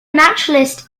naturalist